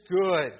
good